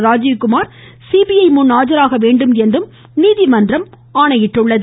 Rajiv Kumar CBI முன் ஆஜராக வேண்டும் என்றும் நீதிமன்றம் உத்தரவிட்டுள்ளது